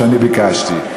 שאני ביקשתי.